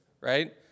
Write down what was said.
right